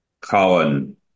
Colin